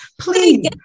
please